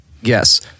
Yes